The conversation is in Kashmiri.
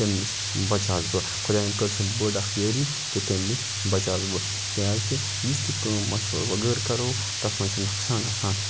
تَمہِ نِش بَچیووس بہٕ خۄدایَن کٔر سۄ بٔڑ اَکھ یٲری گٔے تمہِ نِش بَچیووس بہٕ کیٛازِکہِ یُس تہِ کٲم مَشوَر بغٲر کَرو تَتھ منٛز چھِ نۄقصان آسان